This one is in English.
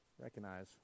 recognize